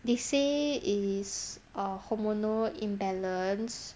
they say is err hormonal imbalance